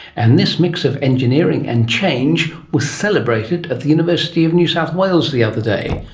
and this mix of engineering and change was celebrated at the university of new south wales the other day,